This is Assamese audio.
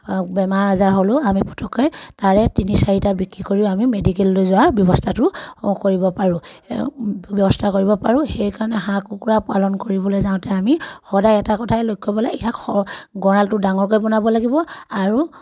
বেমাৰ আজাৰ হ'লেও আমি পটককৈ তাৰে তিনি চাৰিটা বিক্ৰী কৰিও আমি মেডিকেললৈ যোৱাৰ ব্যৱস্থাটো কৰিব পাৰোঁ ব্যৱস্থা কৰিব পাৰোঁ সেইকাৰণে হাঁহ কুকুৰা পালন কৰিবলৈ যাওঁতে আমি সদায় এটা কথাই লক্ষ্য কৰিব লাগে ইয়াক গঁৰালটো ডাঙৰকৈ বনাব লাগিব আৰু